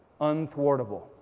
unthwartable